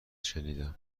شنیدم